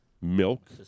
milk